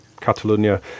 Catalonia